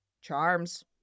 Charms